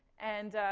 and,